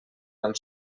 van